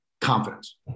confidence